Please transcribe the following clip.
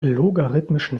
logarithmischen